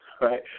right